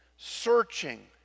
Searching